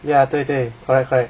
ya 对对 correct correct